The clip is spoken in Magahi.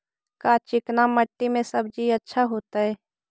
का चिकना मट्टी में सब्जी अच्छा होतै?